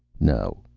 no.